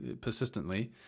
persistently